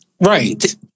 Right